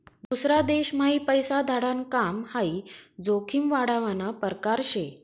दूसरा देशम्हाई पैसा धाडाण काम हाई जोखीम वाढावना परकार शे